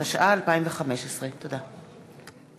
התשע"ה 2015.